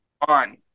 on